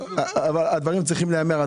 הדברים צריכים להיאמר.